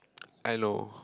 I know